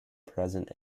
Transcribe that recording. present